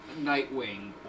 Nightwing